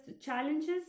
challenges